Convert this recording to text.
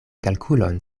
kalkulon